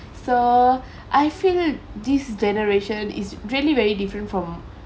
so I feel this generation is really very different from